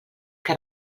que